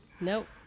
Nope